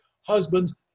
husbands